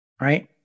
right